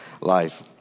life